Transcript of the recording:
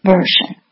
Version